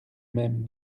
même